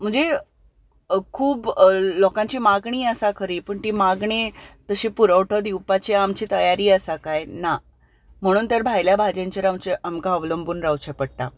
म्हणजे खूब लोकांची मागणी आसा खरी पूण तीं मागणी अशी पुरवठो दिवपाची आमची तयारी आसा कांय ना म्हणून तर भायल्या भाजयेचेर आमकां अवलंबून रावचें पडटा